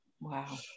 Wow